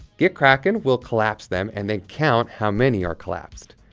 gitkraken will collapse them and then count how many are collapsed.